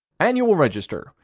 annual register,